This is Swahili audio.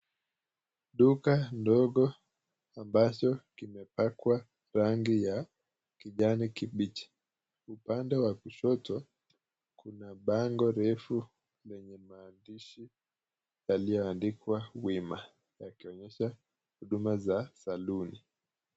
Duka ndogo ambazo imepakwa rangi ya kijani kibichi. Upande wa kushoto kuna bango refu lenye maandishi yaliyoandikwa wima yakionyesha huduma za saluni.